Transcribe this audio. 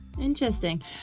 Interesting